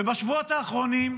ובשבועות האחרונים,